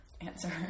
answer